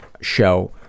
show